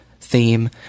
theme